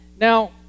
Now